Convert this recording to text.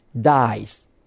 dies